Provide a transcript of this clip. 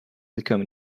become